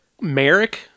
Merrick